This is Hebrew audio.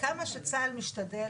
אז אני מבקש לעצור את הדיון בזמן